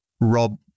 Rob